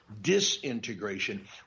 disintegration